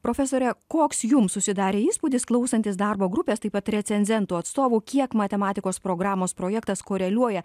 profesore koks jums susidarė įspūdis klausantis darbo grupės taip pat recenzentų atstovų kiek matematikos programos projektas koreliuoja